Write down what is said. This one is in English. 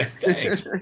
Thanks